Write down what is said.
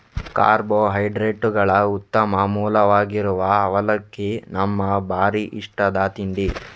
ಕಾರ್ಬೋಹೈಡ್ರೇಟುಗಳ ಉತ್ತಮ ಮೂಲವಾಗಿರುವ ಅವಲಕ್ಕಿ ನಮ್ಮ ಭಾರೀ ಇಷ್ಟದ ತಿಂಡಿ